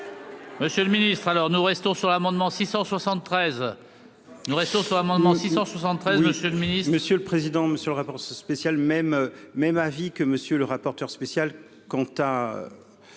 Monsieur le ministre, alors nous restons sur l'amendement 673 nous restons son amendement 673, monsieur le ministre. Monsieur le président, Monsieur le rapport spécial même même avis que monsieur le rapporteur spécial quant à